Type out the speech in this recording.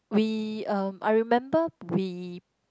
we um I remember we